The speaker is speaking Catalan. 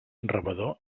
rebedor